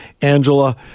Angela